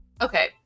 okay